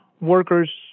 workers